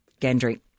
Gendry